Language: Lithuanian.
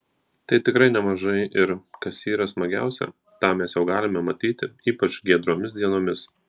tai tikrai nemažai ir kas yra smagiausia tą mes jau galime matyti ypač giedromis dienomis